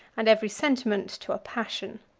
and every sentiment to a passion.